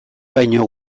baino